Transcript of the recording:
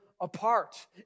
apart